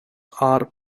are